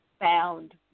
found